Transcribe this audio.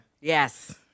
yes